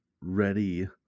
ready